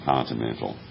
Continental